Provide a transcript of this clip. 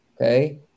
Okay